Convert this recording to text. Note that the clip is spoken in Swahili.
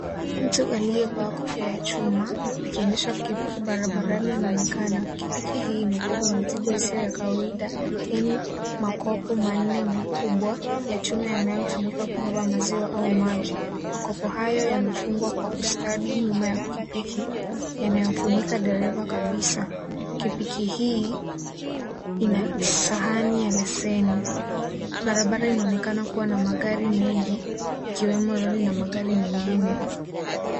Mtu aliyevaa kofia ya chuma, akiendesha pikipiki barabarani anaonekana kana, pikipiki hii imebeba mizigo isiyo ya kawaida, yani, makopo manne makubwa, ya chuma yanayotumika kubeba maziwa au maji, makopo hayo yamefungwa kwa ustadi nyuma ya pikipiki, yanayofunika dereva kabisa, pikipiki hii, ina, sahani ya leseni, barabara inaonekana kuwa na magari mengi, ikiwemo roli na magari mengine.